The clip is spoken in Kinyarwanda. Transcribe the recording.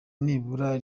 nibura